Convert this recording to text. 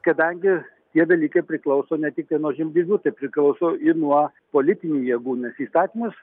kadangi tie dalykai priklauso ne tiktai nuo žemdirbių tai priklauso ir nuo politinių jėgų nes įstatymas